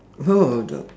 oh the